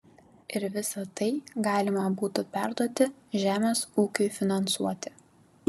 ir visa tai galima būtų perduoti žemės ūkiui finansuoti